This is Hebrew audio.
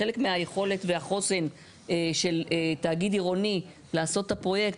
חלק מהיכולת והחוסן של תאגיד עירוני לעשות את הפרויקט,